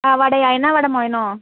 ஆ வடையா என்ன வடைமா வேணும்